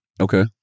Okay